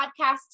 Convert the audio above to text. Podcasts